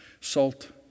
Salt